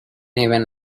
even